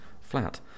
flat